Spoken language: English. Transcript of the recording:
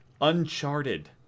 Uncharted